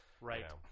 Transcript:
Right